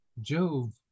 Jove